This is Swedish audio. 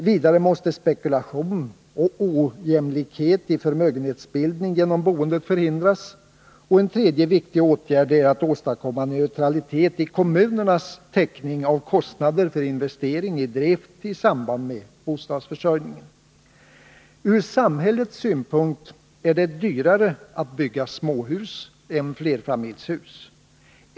Vidare måste spekulation och ojämlikhet i förmögenhetsbildning genom boendet förhindras. En tredje viktig åtgärd är att åstadkomma neutralitet i kommunernas täckning av kostnader för investering och drift i samband med bostadsförsörjningen. Ur samhällets synpunkt är det dyrare att bygga småhus än flerfamiljshus.